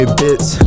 bits